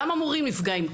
גם המורים נפגעים.